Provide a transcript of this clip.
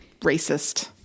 racist